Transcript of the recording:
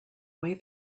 way